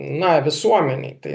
na visuomenėj tai